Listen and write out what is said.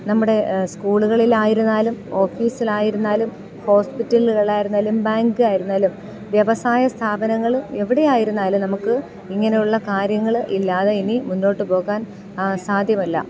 നമ്മുടെ സ്കൂളുകളിലായിരുന്നാലും ഓഫീസിലായിരുന്നാലും ഹോസ്പിറ്റലുകളായിരുന്നാലും ബാങ്കായിരുന്നാലും വ്യവസായ സ്ഥാപനങ്ങൾ എവിടെയായിരുന്നാലും നമുക്ക് ഇങ്ങനെയുള്ള കാര്യങ്ങൾ ഇല്ലാതെ ഇനി മുന്നോട്ട് പോകാൻ സാധ്യമല്ല